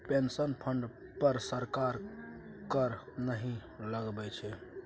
pension fund पर सरकार कर नहि लगबै छै